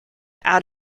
out